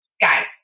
guys